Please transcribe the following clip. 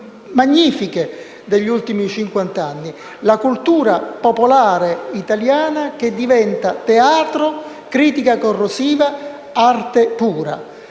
magnifiche degli ultimi cinquant'anni: la cultura popolare italiana che diventa teatro, critica corrosiva, arte pura.